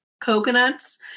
coconuts